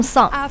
Song